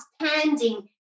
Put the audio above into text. standing